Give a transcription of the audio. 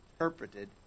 interpreted